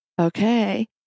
Okay